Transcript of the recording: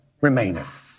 remaineth